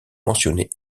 mentionnés